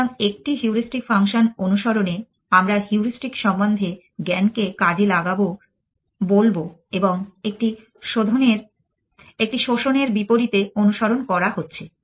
সুতরাং একটি heuristic function অনুসরণে আমরা হিউরিস্টিক সম্বন্ধে জ্ঞানকে কাজে লাগাবো বলব এবং একটি শোষণের বিপরীতে অনুসরণ করা হচ্ছে